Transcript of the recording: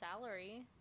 salary